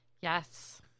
Yes